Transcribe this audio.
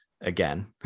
again